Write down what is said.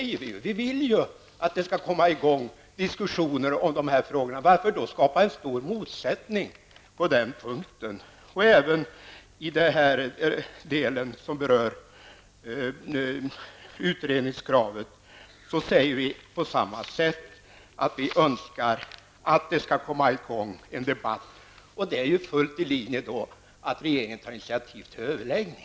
Vi vill att det skall komma i gång diskussioner om de här frågorna. Varför då skapa en stor motsättning på den punkten? Även i den del som rör utredningskravet säger vi på samma sätt, att vi önskar att det skall komma i gång en debatt. Det är ju fullt i linje med detta att regeringen tar initiativ till överläggningar.